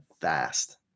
fast